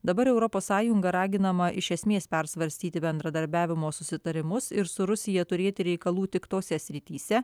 dabar europos sąjunga raginama iš esmės persvarstyti bendradarbiavimo susitarimus ir su rusija turėti reikalų tik tose srityse